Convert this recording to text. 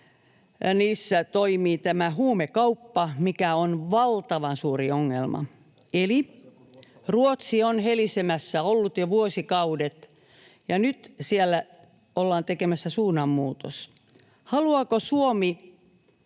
niissä toimii huumekauppa, mikä on valtavan suuri ongelma. Eli Ruotsi on helisemässä ollut jo vuosikaudet, ja nyt siellä ollaan tekemässä suunnanmuutos. Haluaako Suomi